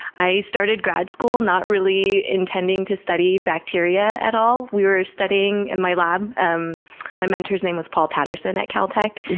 i started grad school not really intending to study bacteria at all. we were studying in my lab, um my mentor's name was paul patterson at caltech,